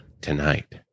tonight